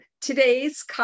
today's